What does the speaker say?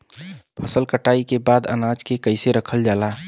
फसल कटाई के बाद अनाज के कईसे रखल जाला?